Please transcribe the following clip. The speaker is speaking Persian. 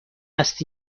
است